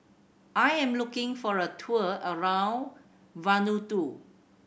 I am looking for a tour around Vanuatu